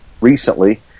recently